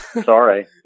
Sorry